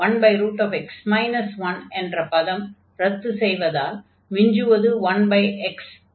1x 1 என்ற பதத்தை ரத்து செய்தால் மிஞ்சுவது 1x மட்டுமே